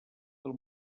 del